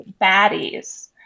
baddies